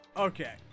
Okay